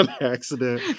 accident